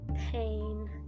pain